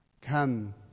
Come